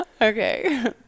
Okay